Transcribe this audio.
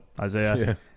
isaiah